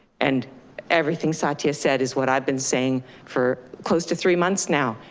and everything satya said is what i've been saying for close to three months now.